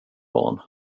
barn